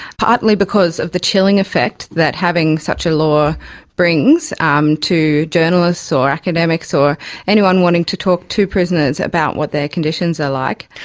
partly because of the chilling effect that having such a law brings um to journalists or academics or anyone wanting to talk to prisoners about what their conditions are like.